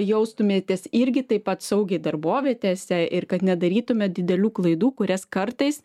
jaustumėtės irgi taip pat saugiai darbovietėse ir kad nedarytumėt didelių klaidų kurias kartais